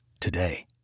today